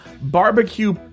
barbecue